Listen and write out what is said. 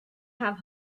have